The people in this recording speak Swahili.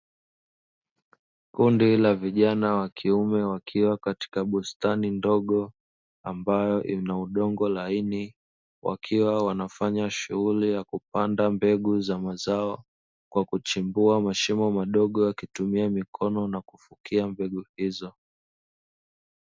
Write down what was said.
Kundi la vijana wa kiume wakiwa katika bustani ndogo ambayo ina udongo laini wakiwa wanafanya shughuli ya kupanda mbegu za mazao kwa kuchimba mashimo madogo wakitumia mikono na kufukia mbegu hizo.